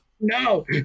No